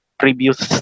previous